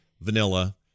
Vanilla